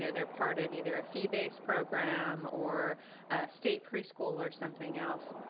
you know they're part of either a fee-based program or state preschool or something else.